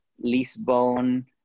lisbon